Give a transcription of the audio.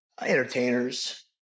Entertainers